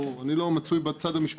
אני לא מצוי בצד המשפטי.